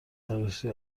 عروسی